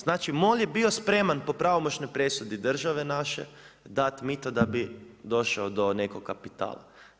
Znači MOL je bio spreman po pravomoćnoj presudi države naše dati mito da bi došao do nekog kapitala.